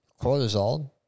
Cortisol